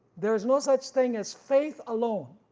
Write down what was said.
there is no such thing as faith alone.